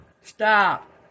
Stop